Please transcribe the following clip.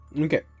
Okay